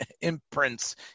imprints